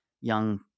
young